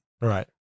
Right